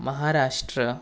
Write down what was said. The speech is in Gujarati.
મહારાષ્ટ્ર